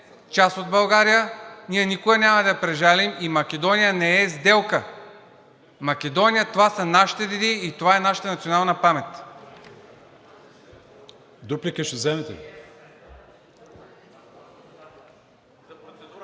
част от България. Ние никога няма да я прежалим и Македония не е сделка. Македония, това са нашите деди и това е нашата национална памет.